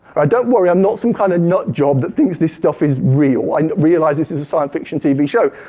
don't worry, i'm not some kind of nut job that thinks this stuff is real. i realize this is a science fiction tv show.